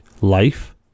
life